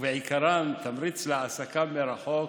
ובעיקרן תמריץ להעסקה מרחוק,